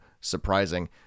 surprising